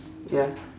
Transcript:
ya